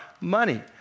money